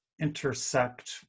intersect